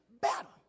battle